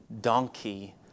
donkey